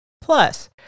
Plus